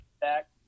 back